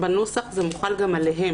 זה מוחל גם עליהם.